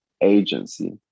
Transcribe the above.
agency